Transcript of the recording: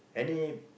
any